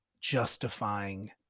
justifying